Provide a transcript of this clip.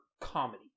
comedy